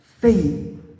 faith